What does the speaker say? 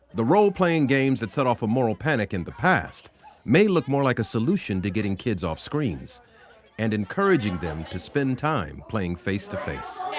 the role-playing games that set off a moral panic in the past may look more like a solution to getting kids off screens and encouraging them to spend time playing face to face.